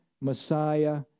Messiah